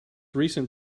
recent